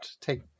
take